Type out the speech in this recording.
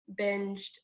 binged